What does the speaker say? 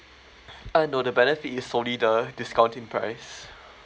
uh no the benefit is only the discounting price